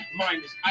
minus